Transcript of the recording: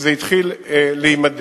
שזה התחיל להימדד.